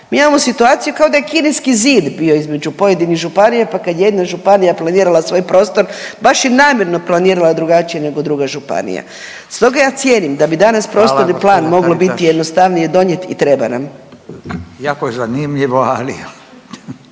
mi imamo situaciju kao da je kineski zid bio između pojedinih županija, pa kad je jedna županija planirala svoj prostor baš je namjerno planirala drugačije nego druga županija. Stoga ja cijenim da bi danas prostorni plan…/Upadica Radin: Hvala gđo. Taritaš/…moglo biti